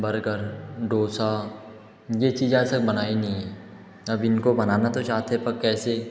burger dosa ये चीज़ आज तक बनाई नहीं है अब इनको बनाना तो चाहते हैं पर कैसे